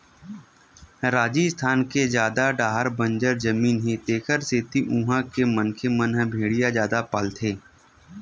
राजिस्थान के जादा डाहर बंजर जमीन हे तेखरे सेती उहां के मनखे मन ह भेड़िया जादा पालथे